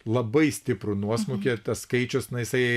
labai stiprų nuosmukį ir tas skaičius na jisai